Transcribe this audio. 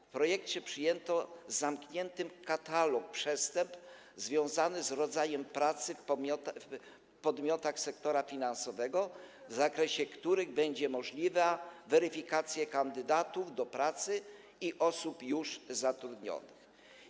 W projekcie przyjęto zamknięty katalog przestępstw związanych z rodzajem pracy w podmiotach sektora finansowego, w zakresie których będzie możliwa weryfikacja kandydatów do pracy i osób już zatrudnionych.